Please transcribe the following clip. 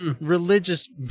religious